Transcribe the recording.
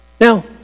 Now